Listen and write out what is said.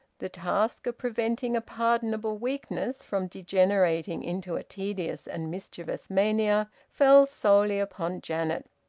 the task of preventing a pardonable weakness from degenerating into a tedious and mischievous mania fell solely upon janet.